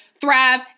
thrive